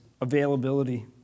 availability